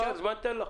אם יישאר זמן אתן לך.